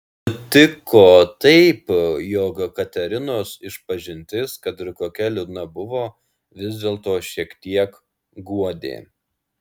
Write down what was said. nutiko taip jog katerinos išpažintis kad ir kokia liūdna buvo vis dėlto šiek tiek guodė